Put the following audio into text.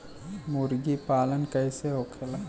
मुर्गी पालन कैसे होखेला?